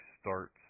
starts